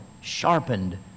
sharpened